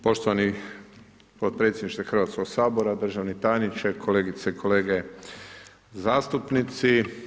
Poštovani podpredsjedniče Hrvatskog sabora, državni tajniče, kolegice i kolege zastupnici.